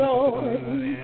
Lord